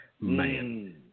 Man